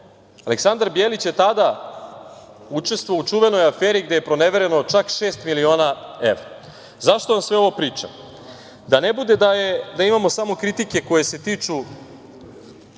Aleksandar Bjelić je tada učestvovao u čuvenoj aferi, gde je pronevereno čak 6 miliona evra. Zašto vam sve ovo pričam? Da ne bude da imamo samo kritike koje se tiču